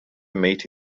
meet